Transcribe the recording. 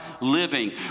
living